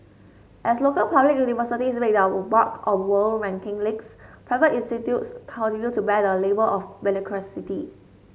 as local public universities make their mark on world ranking leagues private institutes continue to bear the label of mediocrity